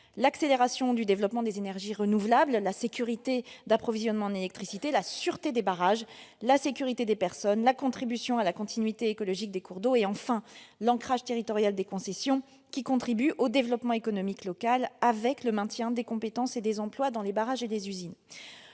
: accélération du développement des énergies renouvelables ; sécurité d'approvisionnement en électricité ; sûreté des barrages ; sécurité des personnes ; contribution à la continuité écologique des cours d'eau et, enfin, ancrage territorial des concessions, qui contribuent au développement économique local, avec le maintien des compétences et des emplois dans les barrages et les usines.